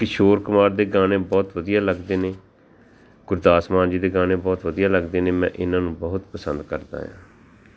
ਕਿਸ਼ੋਰ ਕੁਮਾਰ ਦੇ ਗਾਣੇ ਬਹੁਤ ਵਧੀਆ ਲੱਗਦੇ ਨੇ ਗੁਰਦਾਸ ਮਾਨ ਜੀ ਦੇ ਗਾਣੇ ਬਹੁਤ ਵਧੀਆ ਲੱਗਦੇ ਨੇ ਮੈਂ ਇਹਨਾਂ ਨੂੰ ਬਹੁਤ ਪਸੰਦ ਕਰਦਾ ਹਾਂ